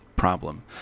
Problem